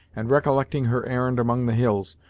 and recollecting her errand among the hills,